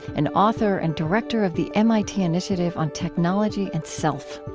an author and director of the mit initiative on technology and self.